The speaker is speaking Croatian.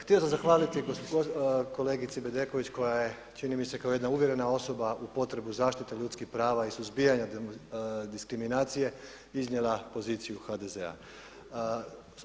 Htio sam zahvaliti kolegici Bedeković koja je čini mi se kao jedna uvjerena osoba u potrebu zaštite ljudskih prava i suzbijanja diskriminacije iznijela poziciju HDZ-a.